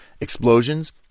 Explosions